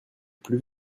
plus